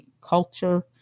Culture